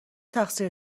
تقصیر